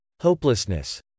hopelessness